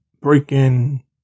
breaking